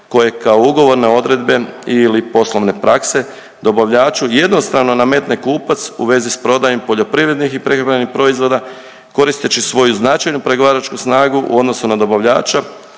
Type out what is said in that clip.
koje kao ugovorne odredbe ili poslovne prakse dobavljaču jednostavno nametne kupac u vezi s prodajom poljoprivrednih i prehrambenih proizvoda koristeći svoju značaju pregovaračku snagu u odnosu na dobavljača,